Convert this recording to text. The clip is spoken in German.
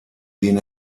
den